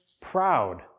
proud